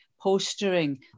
postering